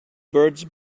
birds